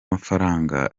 mafaranga